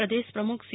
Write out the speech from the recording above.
પ્રદેશ પ્રમ્મખ સી